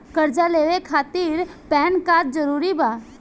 कर्जा लेवे खातिर पैन कार्ड जरूरी बा?